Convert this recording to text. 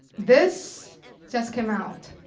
this just came out.